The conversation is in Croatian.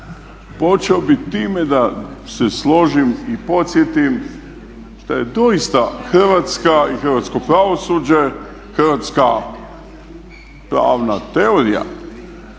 Počeo bih time da se složim i podsjetim da je doista Hrvatska i hrvatsko pravosuđe, hrvatska pravna teorija